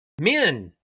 men